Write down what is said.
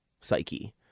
psyche